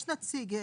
יש נציג.